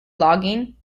logging